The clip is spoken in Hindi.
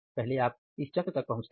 पहले आप इस चक्र तक पहुंचते हैं